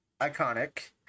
Iconic